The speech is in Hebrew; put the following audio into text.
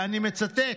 ואני מצטט: